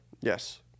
Yes